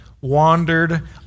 wandered